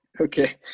Okay